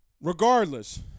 Regardless